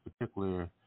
particular